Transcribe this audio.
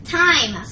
time